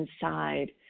inside